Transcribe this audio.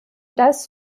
das